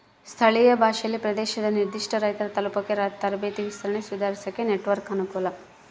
ಸ್ಥಳೀಯ ಭಾಷೆಯಲ್ಲಿ ಪ್ರದೇಶದ ನಿರ್ಧಿಷ್ಟ ರೈತರ ತಲುಪಾಕ ತರಬೇತಿ ವಿಸ್ತರಣೆ ಸುಧಾರಿಸಾಕ ನೆಟ್ವರ್ಕ್ ಅನುಕೂಲ